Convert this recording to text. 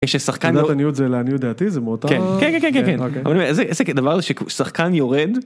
כשחקן... תעודת עניות זה לעניות דעתי? זה מאותה? כן כן כן כן כן כן אוקיי, איזה דבר זה ששחקן יורד.